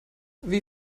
wie